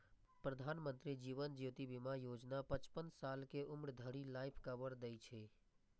प्रधानमंत्री जीवन ज्योति बीमा योजना पचपन साल के उम्र धरि लाइफ कवर दै छै